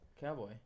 Cowboy